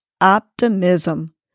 optimism